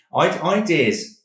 Ideas